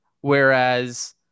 whereas